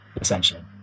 essentially